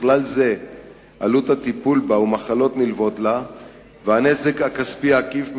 בכלל זה עלות הטיפול בה ומחלות נלוות לה והנזק הכספי העקיף,